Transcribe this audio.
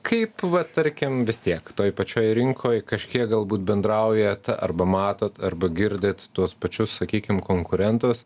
kaip va tarkim vis tiek toj pačioj rinkoj kažkiek galbūt bendraujat arba matot arba girdit tuos pačius sakykim konkurentus